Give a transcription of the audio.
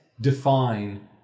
define